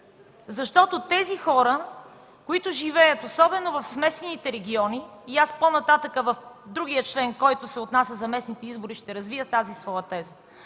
Хората, които живеят особено в смесените региони, и по-нататък в другия член, който се отнася за местните избори, ще развия тази своя теза